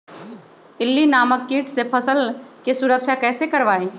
इल्ली नामक किट से फसल के सुरक्षा कैसे करवाईं?